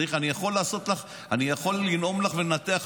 אם צריך, אני יכול לנאום לך ולנתח למה.